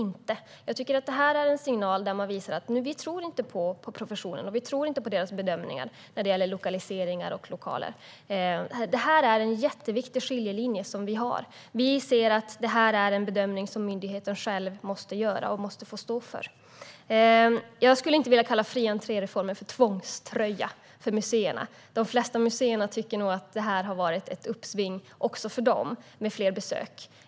Detta är en signal där man visar att man inte tror på professionen och dess bedömningar när det gäller lokaliseringar och lokaler. Här går en viktig skiljelinje. Vi ser att detta är en bedömning som myndigheten själv måste få göra och stå för. Jag skulle inte vilja kalla fri-entré-reformen för en tvångströja för museerna. De flesta museer tycker nog att det har varit ett uppsving för dem med fler besök.